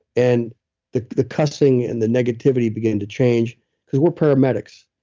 and the the cussing and the negativity begin to change because we're paramedics.